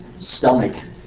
stomach